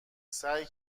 سعی